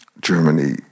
Germany